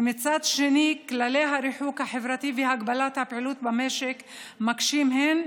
ומצד שני כללי הריחוק החברתי והגבלת הפעילות במשק מקשים הן